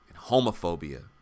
homophobia